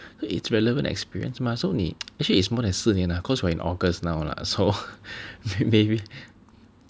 it's relevant experiece mah so 你 actually it's more than 四年 cause we're in August now lah so maybe